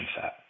set